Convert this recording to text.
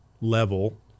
level